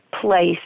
place